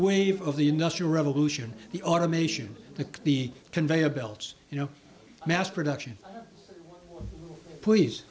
wave of the industrial revolution the automation the the conveyor belts you know mass production please